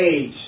age